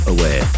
Away